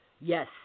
Yes